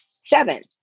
seven